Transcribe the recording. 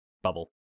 Bubble